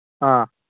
ꯑꯥ